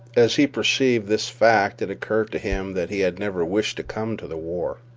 as he perceived this fact it occurred to him that he had never wished to come to the war.